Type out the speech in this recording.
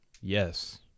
Yes